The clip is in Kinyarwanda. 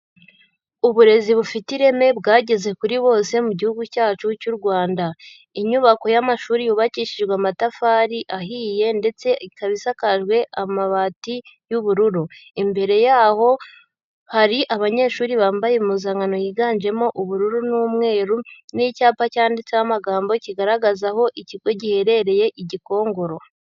Uburezi bufite ireme bwageze kuri bose mu gihugu cyacu cy'u Rwanda. Inyubako y'amashuri yubakishijwe amatafari ahiye, ndetse ikaba isakajwe amabati y'ubururu. Imbere yaho hari abanyeshuri bambaye impuzankano yiganjemo ubururu n'umweru, n'icyapa cyanditseho amagambo, kigaragaza aho ikigo giherereye i Gikongoro.